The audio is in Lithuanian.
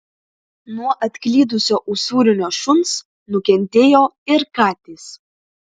nuo atklydusio usūrinio šuns nukentėjo ir katės